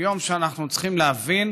אנחנו צריכים להבין